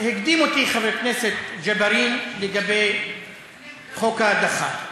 הקדים אותי חבר הכנסת ג'בארין לגבי חוק ההדחה.